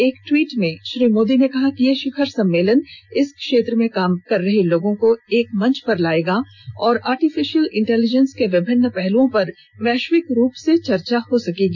एक ट्वीट में श्री मोदी ने कहा कि यह शिखर सम्मेलन इस क्षेत्र में काम कर रहे लोगों को एक मंच पर लाएगा और आर्टिफिशियल इंटेलिजेंस के विभिन्न पहलुओं पर वैश्विक रूप से चर्चा हो सकेगी